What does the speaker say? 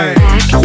back